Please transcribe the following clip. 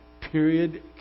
Period